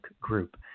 group